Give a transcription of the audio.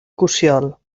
cossiol